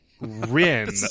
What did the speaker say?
Rin